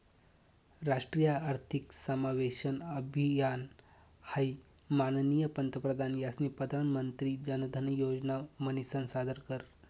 राष्ट्रीय आर्थिक समावेशन अभियान हाई माननीय पंतप्रधान यास्नी प्रधानमंत्री जनधन योजना म्हनीसन सादर कर